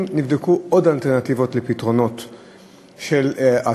נבדקו עוד אלטרנטיבות של פתרונות לתופעה,